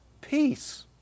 peace